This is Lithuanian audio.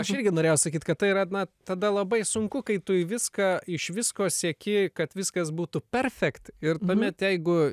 aš irgi norėjau sakyt kad tai yra na tada labai sunku kai tu viską iš visko sieki kad viskas būtų perfekt ir tuomet jeigu